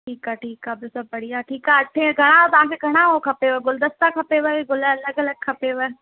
ठीकु आहे ठीकु आहे बियो सभु बढ़िया ठीकु आहे अठें खां तव्हांखे घणा हूअ खपेव गुलदस्ता खपेव या गुल अलगि अलगि खपेव